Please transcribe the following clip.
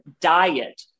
diet